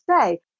say